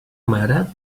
mare